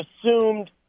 assumed